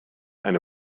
eine